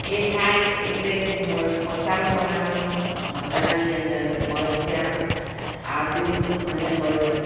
એ થાય એટલે મસ મસાલો બનાવાનો મસાલાની અંદર મરચાં આદું અને હળદર